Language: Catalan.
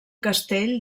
castell